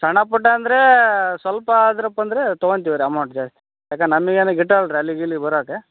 ಸಣ್ಣ ಪುಟ್ಟ ಅಂದರೆ ಸ್ವಲ್ಪ ಆದ್ರಕ್ ಬಂದರೆ ತಗೊಂತೀವಿ ರೀ ಅಮೌಂಟ್ ಜಾಸ್ತಿ ಯಾಕನ್ ನಮಗೇನು ಗಿಟ್ಟಲ್ರಿ ಅಲ್ಲಿಗೆ ಇಲ್ಲಿಗೆ ಬರಾಕೆ